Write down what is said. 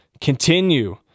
continue